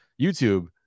youtube